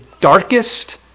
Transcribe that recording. darkest